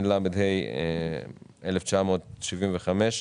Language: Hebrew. התשל"ה 1975,